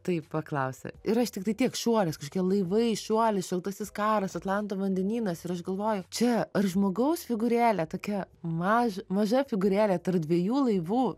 taip paklausė ir aš tiktai tiek šuolis kažkokie laivai šuolis šaltasis karas atlanto vandenynas ir aš galvoju čia ar žmogaus figūrėlė tokia maža maža figūrėlė tarp dviejų laivų